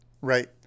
Right